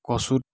কচুত